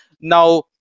now